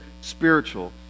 spiritual